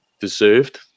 deserved